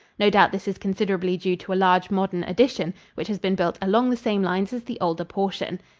no doubt this is considerably due to a large modern addition, which has been built along the same lines as the older portion.